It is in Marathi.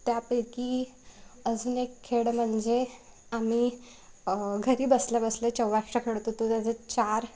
त्यापैकी अजून एक खेळ म्हणजे आम्ही घरी बसल्या बसल्या चौवाष्टा खेळत होतो त्याचे चार